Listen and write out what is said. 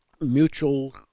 mutual